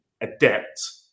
Adept